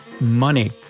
Money